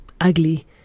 ugly